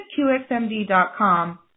qxmd.com